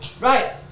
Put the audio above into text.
Right